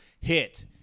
hit